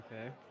Okay